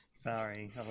Sorry